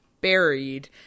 buried